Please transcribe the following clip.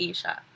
Asia